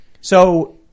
So-